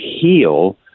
heal